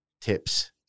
tips